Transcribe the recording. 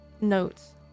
notes